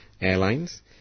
airlines